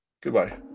Goodbye